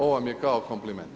Ovo vam je kao kompliment.